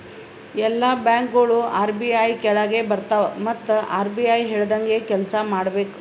ಎಲ್ಲಾ ಬ್ಯಾಂಕ್ಗೋಳು ಆರ್.ಬಿ.ಐ ಕೆಳಾಗೆ ಬರ್ತವ್ ಮತ್ ಆರ್.ಬಿ.ಐ ಹೇಳ್ದಂಗೆ ಕೆಲ್ಸಾ ಮಾಡ್ಬೇಕ್